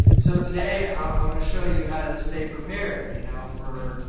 so today i'm going to show you how to stay prepared you know for